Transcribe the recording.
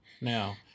now